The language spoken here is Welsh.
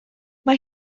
mae